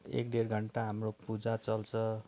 एक डेढ घन्टा हाम्रो पूजा चल्छ